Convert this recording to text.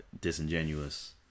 disingenuous